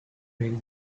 will